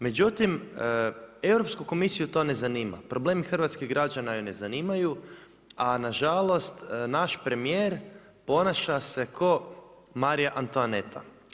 Međutim, Europsku komisiju to ne zanima, problemi hrvatskih građana ju ne zanimaju a nažalost naš premijer ponaša se kao Marija Antoaneta.